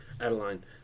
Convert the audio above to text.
Adeline